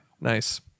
Nice